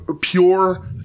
pure